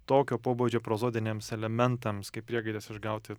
tokio pobūdžio prozodiniams elementams kaip priegaidės išgauti